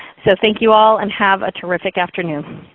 so thank you all, and have a terrific afternoon.